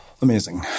Amazing